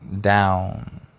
down